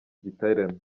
giterane